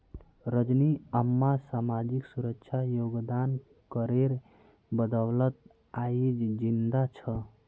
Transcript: रजनी अम्मा सामाजिक सुरक्षा योगदान करेर बदौलत आइज जिंदा छ